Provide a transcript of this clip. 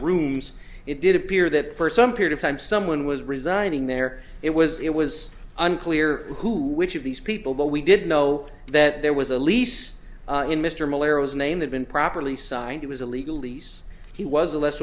rooms it did appear that for some period of time someone was resigning there it was it was unclear who which of these people but we did know that there was a lease in mr malaria's name had been properly signed it was a legal lease he was a less